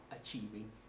achieving